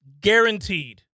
guaranteed